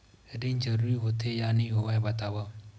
ऋण जरूरी होथे या नहीं होवाए बतावव?